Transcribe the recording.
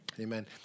Amen